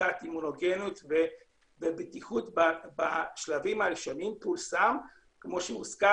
בדיקת אימונוגניות ובטיחות בשלבים הראשונים כפי שהוזכר